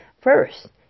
First